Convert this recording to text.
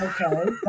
Okay